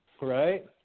Right